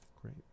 great